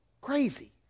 Crazy